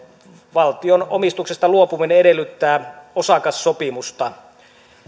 valtion omistuksesta luopuminen edellyttää osakassopimusta